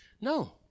no